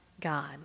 God